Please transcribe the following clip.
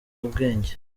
ubwenge